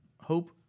hope